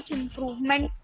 improvement